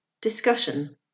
Discussion